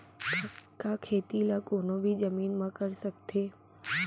का खेती ला कोनो भी जमीन म कर सकथे?